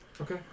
Okay